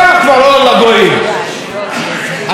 זה אידיאל שנמצא בפנינו,